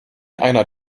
einer